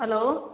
hello